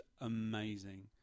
amazing